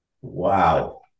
Wow